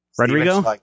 Rodrigo